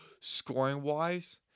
scoring-wise